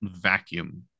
vacuum